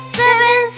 seven